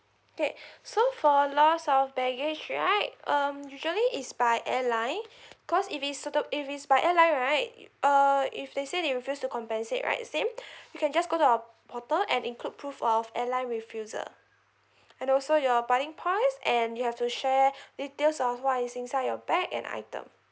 K so for lost of baggage right um usually it's by airline cause if is settled if it's by airline right uh if they say they refuse to compensate right same you can just go to our portal and include proof of airline refusal and also your boarding pass and you have to share details of what is inside your bag and item